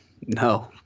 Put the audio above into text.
no